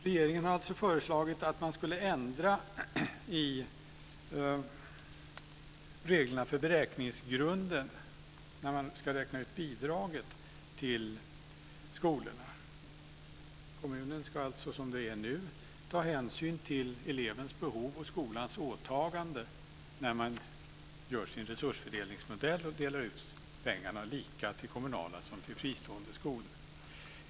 Regeringen har alltså föreslagit att man skulle ändra i reglerna för beräkningsgrunden när man ska räkna ut bidraget till skolorna. Kommunen ska som det är nu ta hänsyn till elevens behov och skolans åtagande när man gör sin resursfördelningsmodell och delar ut pengarna lika till kommunala och fristående skolor.